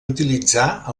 utilitzar